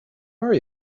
are